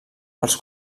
els